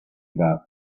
about